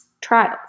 trials